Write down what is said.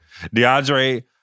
DeAndre